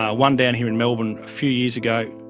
ah one down here in melbourne a few years ago,